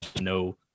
no